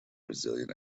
brazilian